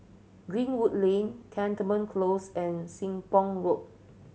Greenwood Lane Cantonment Close and Sembong Road